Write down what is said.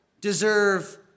deserve